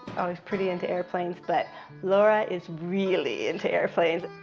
i was pretty into airplanes but laura is really into airplanes